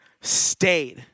stayed